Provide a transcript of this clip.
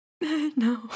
no